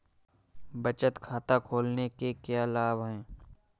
बचत खाता खोलने के क्या लाभ हैं?